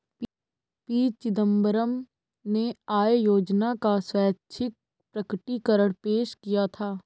P Chidambaram ने आय योजना का स्वैच्छिक प्रकटीकरण पेश किया था